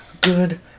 good